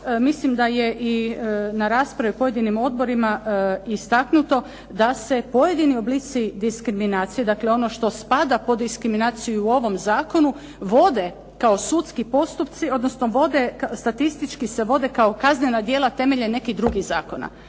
mislim da je i na raspravi pojedinim odborima istaknuto da se pojedini oblici diskriminacije, dakle ono što spada pod diskriminaciju u ovom zakonu vode kao sudski postupci, odnosno vode, statistički se vode kao kaznena djela temeljem nekih drugih zakona.